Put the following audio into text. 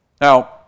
Now